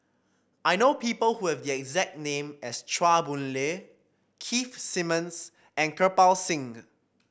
I know people who have the exact name as Chua Boon Lay Keith Simmons and Kirpal Singh